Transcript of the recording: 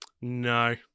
no